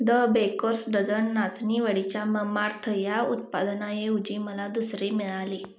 the bakers dozen नाचणी वडीच्या ममार्थ या उत्पादनाऐवजी मला दुसरी मिळाली